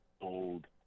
old